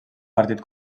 partit